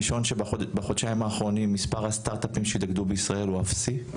בחודשיים האחרונים מספר הסטארטאפים שהתאגדו בישראל הוא אפסי,